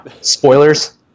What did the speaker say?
spoilers